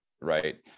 right